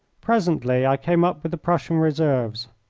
presently i came up with the prussian reserves.